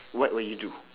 what would you do